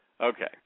Okay